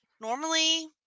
normally